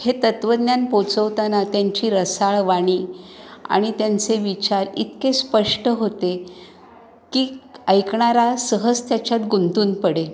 हे तत्वज्ञान पोचवताना त्यांची रसाळ वाणी आणि त्यांचे विचार इतके स्पष्ट होते की ऐकणारा सहज त्याच्यात गुंतून पडे